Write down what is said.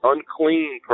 Unclean